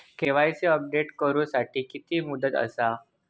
KYC update करू साठी किती मुदत आसा?